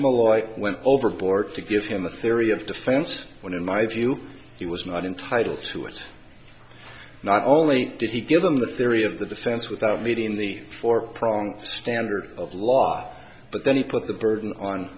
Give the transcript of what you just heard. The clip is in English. malloy went overboard to give him the area of defense when in my view he was not entitled to it not only did he given the theory of the defense without meeting the four prong standard of law but then he put the burden on